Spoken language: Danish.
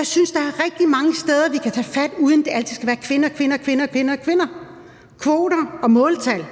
jeg synes, der er rigtig mange steder, vi kan tage fat, uden det altid skal handle om kvinder, kvinder og kvinder – om kvoter og måltal